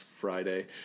Friday